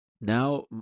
Now